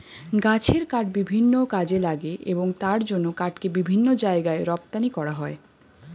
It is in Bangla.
গাছের কাঠ বিভিন্ন কাজে লাগে এবং তার জন্য কাঠকে বিভিন্ন জায়গায় রপ্তানি করা হয়